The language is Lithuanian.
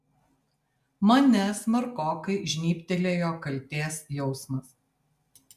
mane smarkokai žnybtelėjo kaltės jausmas